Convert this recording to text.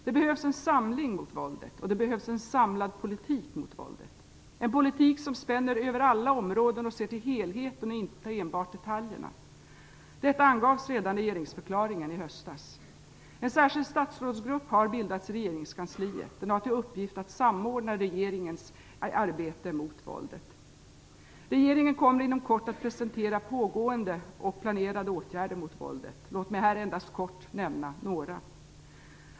Det behövs en samling mot våldet, och det behövs en samlad politik mot våldet, en politik som spänner över alla områden och ser till helheten och inte enbart detaljerna. Detta angavs redan i regeringsförklaringen i höstas. En särskild statsrådsgrupp har bildats i regeringskansliet. Den har till uppgift att samordna regeringens arbete mot våldet. Regeringen kommer inom kort att presentera pågående och planerade åtgärder mot våldet. Låt mig här endast kort nämna några.